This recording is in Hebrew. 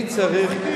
אני צריך,